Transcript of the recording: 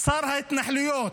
שר ההתנחלויות,